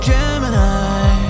Gemini